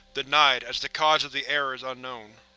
denied, as the cause of the error is unknown.